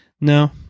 no